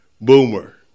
Boomer